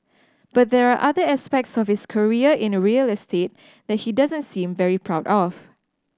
but there are other aspects of his career in a real estate that he doesn't seem very proud of